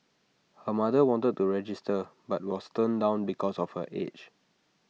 her mother wanted to register but was turned down because of her age